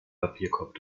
papierkorb